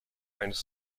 eines